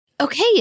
Okay